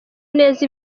neza